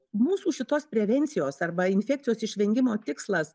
mūsų šitos prevencijos arba infekcijos išvengimo tikslas